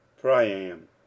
priam